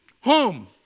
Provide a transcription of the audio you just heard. home